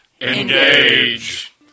engage